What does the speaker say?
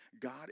God